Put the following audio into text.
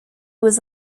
was